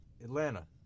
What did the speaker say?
Atlanta